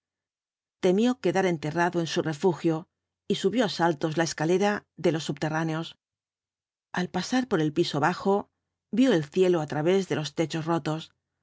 temió quedar enterrado en su refugio y subió á saltos la escalera de los subterráneos al pasar por el piso bajo vio el cielo á través de los techos rotos